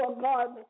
God